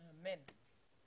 אמן.